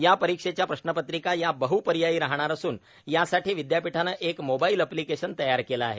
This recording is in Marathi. या परीक्षेच्या प्रश्नपत्रिका या बहपर्यायी राहणार असुन यासाठी विदयापीठाने एक मोबाईल एप्लिकेशन तयार केले आहे